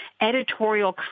editorial